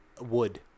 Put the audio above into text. Wood